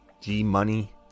G-Money